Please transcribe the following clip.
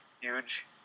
huge